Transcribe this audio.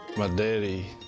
my daddy,